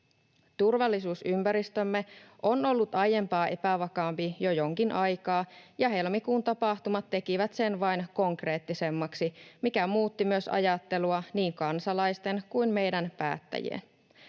Turvallisuusympäristömme on ollut aiempaa epävakaampi jo jonkin aikaa, ja helmikuun tapahtumat tekivät sen vain konkreettisemmaksi, mikä muutti myös ajattelua — niin kansalaisten kuin meidän päättäjien.